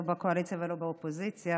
לא בקואליציה ולא באופוזיציה,